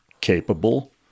capable